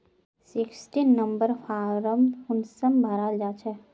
Sixteen number form कुंसम भराल जाछे?